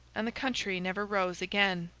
and the country never rose again.